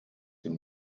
dem